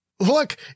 Look